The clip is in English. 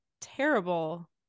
terrible